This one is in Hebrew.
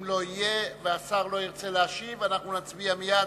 אם לא יהיה והשר לא ירצה להשיב, אנחנו נצביע מייד